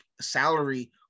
salary